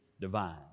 divine